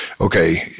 okay